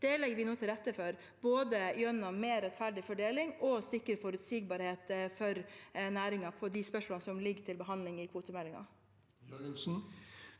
Det legger vi nå til rette for, gjennom både mer rettferdig fordeling og å sikre forutsigbarhet for næringen i de spørsmålene som ligger til behandling i kvotemeldingen.